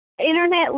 internet